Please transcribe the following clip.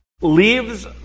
leaves